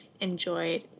enjoyed